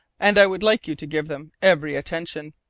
and i would like you to give them every attention.